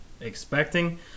expecting